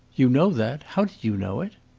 you know that? how did you know it?